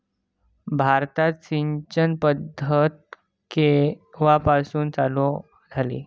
भारतात सिंचन पद्धत केवापासून चालू झाली?